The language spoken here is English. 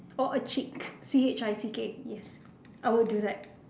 or a chick C H I C K yes I would do that